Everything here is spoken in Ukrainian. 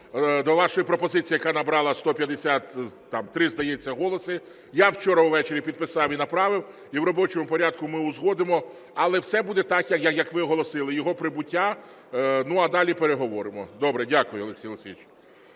до вашої пропозиції, яка набрала 150, там 3, здається, голоси, я вчора ввечері підписав і направив, і в робочому порядку ми узгодимо. Але все буде так, як ви оголосили, його прибуття, ну, а далі переговоримо. Добре. Дякую, Олексій Олексійович.